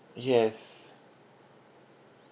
yes